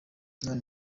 none